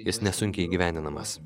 jis nesunkiai įgyvendinamas